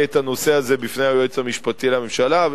את הנושא הזה בפני היועץ המשפטי לממשלה.